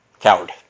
Coward